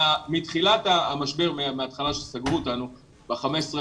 מתחילת המשבר, מאז שסגרו אותנו, ב-15 במארס,